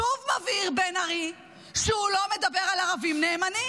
שוב מבהיר בן ארי שהוא לא מדבר על ערבים נאמנים,